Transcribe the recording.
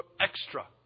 extra